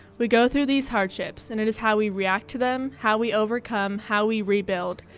we go through these hardships and it is how we react to them, how we overcome, how we rebuild,